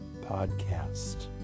podcast